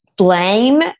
blame